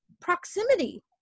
proximity